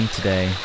today